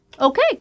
Okay